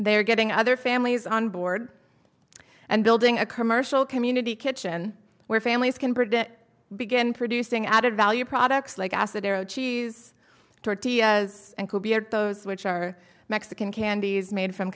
they are getting other families on board and building a commercial community kitchen where families can british begin producing added value products like acid arrow cheese tortillas and those which are mexican candies made from